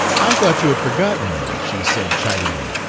i thought you had forgotten me, she said chidingly.